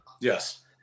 Yes